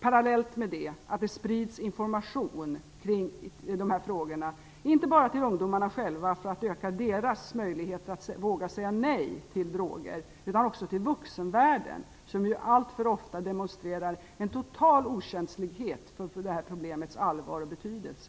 Parallellt med detta bör det spridas inforation kring dessa frågor, inte bara till ungdomarna själva för att öka deras möjligheter att våga säga nej till droger utan också till vuxenvärlden, som ju alltför ofta demonstrerar en total okänslighet inför det här problemets allvar och betydelse.